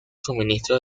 suministro